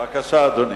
אדוני,